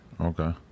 Okay